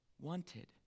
wanted